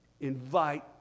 invite